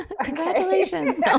Congratulations